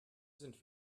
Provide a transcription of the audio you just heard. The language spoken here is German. sind